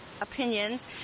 opinions